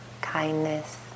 kindness